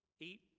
eight